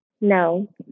No